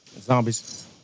Zombies